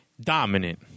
Dominant